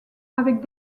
avec